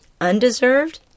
Undeserved